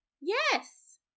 Yes